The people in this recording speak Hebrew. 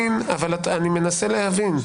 יסמין, אני מנסה להבין.